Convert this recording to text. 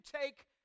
take